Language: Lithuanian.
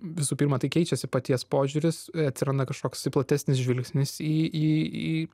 visų pirma tai keičiasi paties požiūris atsiranda kažkoks platesnis žvilgsnis į